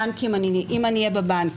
אם אני אהיה בבנק,